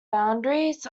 boundaries